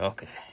Okay